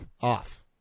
Off